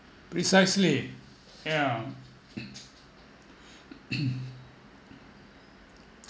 precisely yeah